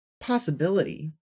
Possibility